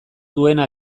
duena